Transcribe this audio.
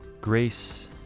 Grace